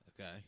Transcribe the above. Okay